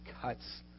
cuts